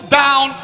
down